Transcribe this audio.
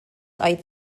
oedd